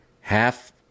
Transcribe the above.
half